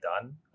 done